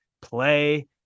play